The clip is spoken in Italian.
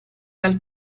dal